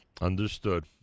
Understood